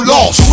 Lost